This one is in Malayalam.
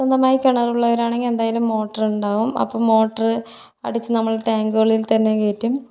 സ്വന്തമായി കിണറുള്ളവരാണെങ്കിൽ എന്തായാലും മോട്ടറുണ്ടാകും അപ്പോൾ മൊട്ടർ അടിച്ച് നമ്മൾ ടാങ്കുകളിൽ തന്നെ കയറ്റും